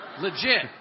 Legit